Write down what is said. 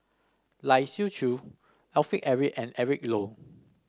Lai Siu Chiu Alfred Eric and Eric Low